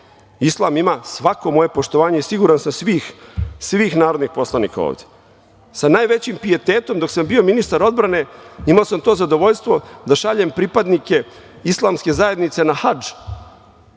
nema. Islam ima svako moje poštovanje i siguran sam svih narodnih poslanika ovde. Sa najvećem pijetetom dok sam bio ministar odbrane imao sam to zadovoljstvo da šaljem pripadnike Islamske zajednice na hadž